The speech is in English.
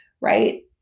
right